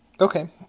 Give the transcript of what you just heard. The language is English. Okay